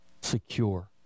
secure